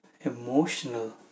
emotional